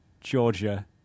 Georgia